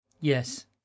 Yes